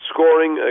Scoring